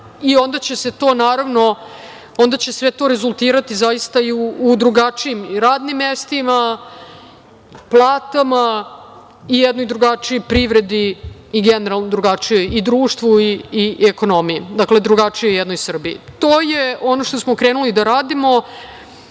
način razmišljanja i onda će sve to rezultirati i u drugačijim radnim mestima, platama i jednoj drugačiji privredi i generalno drugačijem društvu i ekonomiji, dakle, drugačijoj jednoj Srbiji. To je ono što smo krenuli da radimo.